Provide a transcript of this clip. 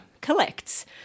collects